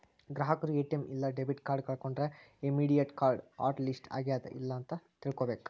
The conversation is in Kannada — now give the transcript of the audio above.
ಗ್ರಾಹಕರು ಎ.ಟಿ.ಎಂ ಇಲ್ಲಾ ಡೆಬಿಟ್ ಕಾರ್ಡ್ ಕಳ್ಕೊಂಡ್ರ ಇಮ್ಮಿಡಿಯೇಟ್ ಕಾರ್ಡ್ ಹಾಟ್ ಲಿಸ್ಟ್ ಆಗ್ಯಾದ ಇಲ್ಲ ಅಂತ ತಿಳ್ಕೊಬೇಕ್